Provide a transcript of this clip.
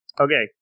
Okay